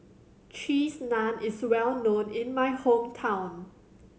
Cheese Naan is well known in my hometown